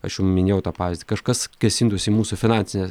aš jau minėjau tą pavyzdį kažkas kėsintųsi į mūsų finansinę